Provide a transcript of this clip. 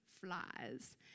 flies